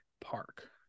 park